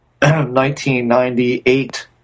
1998